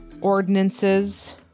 ordinances